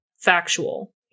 factual